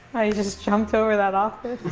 just jumped over that office.